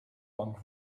bang